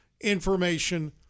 information